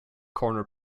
corner